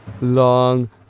long